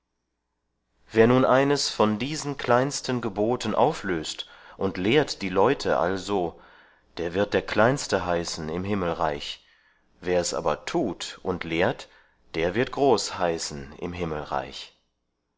wer nun eines von diesen kleinsten geboten auflöst und lehrt die leute also der wird der kleinste heißen im himmelreich wer es aber tut und lehrt der wird groß heißen im himmelreich